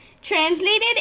translated